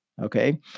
okay